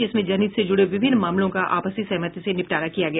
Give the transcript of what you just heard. जिसमें जनहित से जुड़े विभिन्न मामलों का आपसी सहमति से निपटारा किया गया